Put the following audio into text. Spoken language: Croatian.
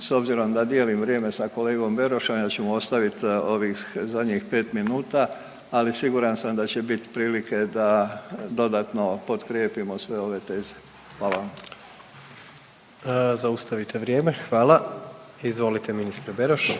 s obzirom da dijelim vrijeme sa kolegom Berošem, ja ću mu ostaviti ovih zadnjih 5 minuta, ali siguran sam da će bit prilike da dodatno potkrijepimo sve ove teze. Hvala vam. **Jandroković, Gordan (HDZ)** Zaustavite vrijeme, hvala. Izvolite, ministre Beroš.